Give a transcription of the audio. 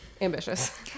ambitious